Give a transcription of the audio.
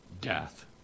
death